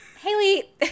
Haley